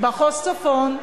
מחוז צפון,